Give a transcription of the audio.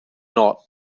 not